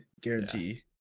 guarantee